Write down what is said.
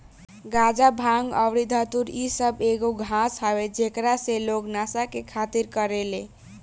गाजा, भांग अउरी धतूर इ सब एगो घास हवे जेकरा से लोग नशा के खातिर करेले